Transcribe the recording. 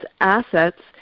assets